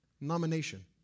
nomination